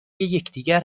یکدیگر